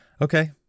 okay